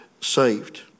saved